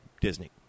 Disney